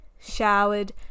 showered